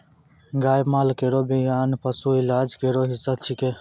गाय माल केरो बियान पशु इलाज केरो हिस्सा छिकै